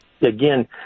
again